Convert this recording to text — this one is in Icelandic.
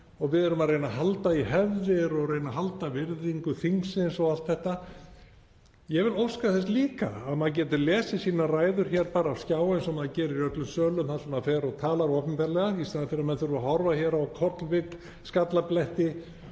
og við erum að reyna að halda í hefðir og reyna að halda virðingu þingsins og allt þetta. Ég vil óska þess líka að maður geti lesið sínar ræður bara af skjá eins og maður gerir í öllum sölum þar sem maður fer og talar opinberlega í staðinn fyrir að maður þurfi að horfa á kollvik, skallabletti